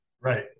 right